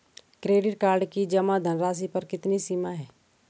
Credit card की जमा धनराशि पर कितनी सीमा है?